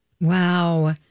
Wow